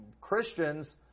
Christians